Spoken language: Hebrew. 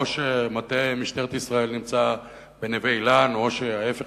שאו שמטה משטרת ישראל נמצא בנווה-אילן או שההיפך,